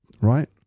Right